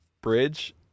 bridge